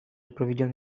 проведен